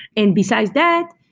and besides that,